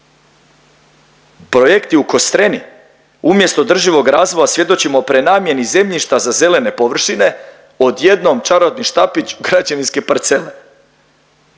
Projekti u Kostreni umjesto održivog razvoja svjedočimo prenamjeni zemljišta za zelene površine od jednom čarobni štapić u građevinske parcele.